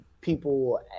people